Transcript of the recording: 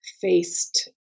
faced